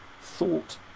thought